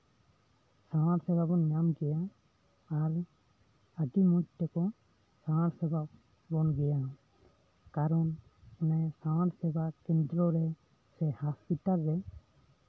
ᱥᱟᱶᱟᱨ ᱥᱮᱵᱟ ᱵᱚᱱ ᱧᱟᱢ ᱜᱮᱭᱟ ᱟᱨ ᱟᱹᱰᱤ ᱢᱚᱸᱡ ᱛᱮᱠᱚ ᱥᱟᱶᱟᱨ ᱥᱮᱵᱟ ᱵᱚᱱ ᱜᱮᱭᱟ ᱠᱟᱨᱚᱱ ᱥᱟᱶᱟᱨ ᱥᱮᱵᱟ ᱠᱮᱱᱫᱽᱨᱚᱨᱮ ᱥᱮ ᱦᱟᱥᱯᱤᱴᱟᱞᱨᱮ